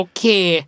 Okay